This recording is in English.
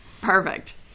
perfect